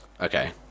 Okay